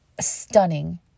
Stunning